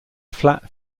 flat